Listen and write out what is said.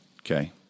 okay